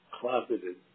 closeted